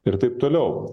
ir taip toliau